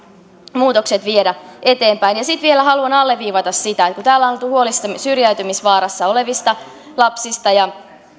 muutokset viedä eteenpäin sitten vielä haluan alleviivata sitä että kun täällä on oltu huolissaan syrjäytymisvaarassa olevista lapsista ja